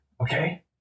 okay